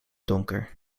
donker